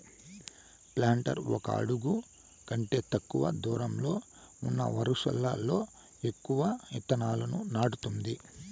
planter ఒక అడుగు కంటే తక్కువ దూరంలో ఉన్న వరుసలలో ఎక్కువ ఇత్తనాలను నాటుతుంది